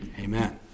Amen